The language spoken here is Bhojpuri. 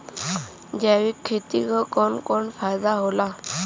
जैविक खेती क कवन कवन फायदा होला?